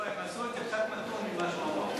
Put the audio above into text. לא, הם עשו את זה קצת מתון ממה שהוא אמר.